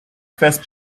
first